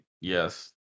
Yes